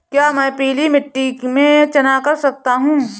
क्या मैं पीली मिट्टी में चना कर सकता हूँ?